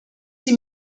sie